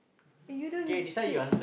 eh you don't cheat